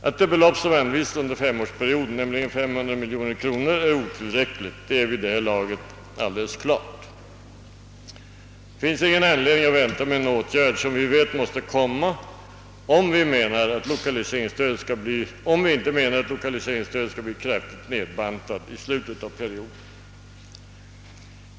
Att dei belopp som anvisats för femårsperioden, 500 miljoner kronor, är otillräckligt står vid det här laget alldeles klart. Det finns inget skäl att vänta med en åtgärd som vi vet måste komma, om vi inte menar att lokaliseringsstödet skall bli kraftigt nedskuret i slutet av perioden.